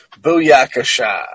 Booyakasha